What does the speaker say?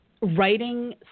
writing